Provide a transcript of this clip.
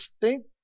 distinct